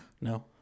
No